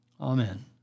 Amen